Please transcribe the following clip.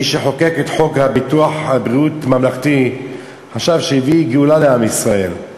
מי שחוקק את חוק ביטוח בריאות ממלכתי חשב שהביא גאולה לעם ישראל.